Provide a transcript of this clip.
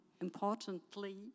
importantly